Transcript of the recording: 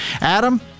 Adam